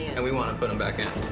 and we want to put him back in.